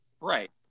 Right